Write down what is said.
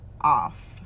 off